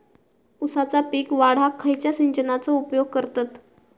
ऊसाचा पीक वाढाक खयच्या सिंचनाचो उपयोग करतत?